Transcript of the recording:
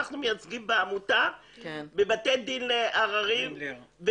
אנחנו בעמותה מייצגים בבתי דין לערערים,